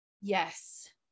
yes